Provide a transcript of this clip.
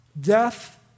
death